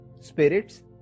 spirits